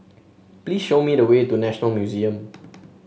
please show me the way to National Museum